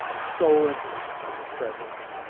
the sole interest of the present.